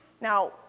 Now